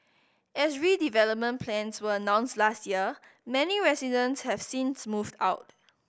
as redevelopment plans were announced last year many residents have since moved out